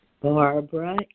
Barbara